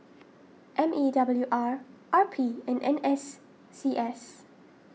M E W R R P and N S C S